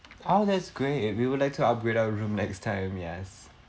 ah that's great if we would like to upgrade our room next time yes